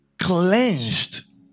cleansed